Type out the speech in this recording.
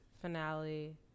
finale